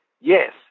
Yes